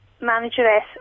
manageress